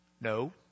No